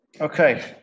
Okay